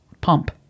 pump